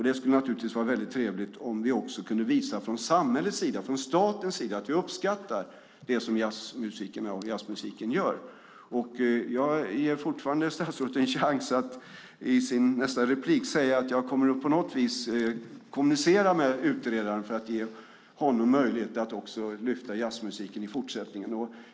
Det skulle naturligtvis vara väldigt trevligt om vi också kunde visa från samhällets sida, från statens sida, att vi uppskattar det som jazzmusikerna och jazzmusiken gör. Jag ger fortfarande statsrådet en chans att i sitt nästa inlägg säga: Jag kommer att på något vis kommunicera med utredaren för att ge honom möjlighet att också lyfta fram jazzmusiken i fortsättningen.